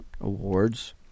awards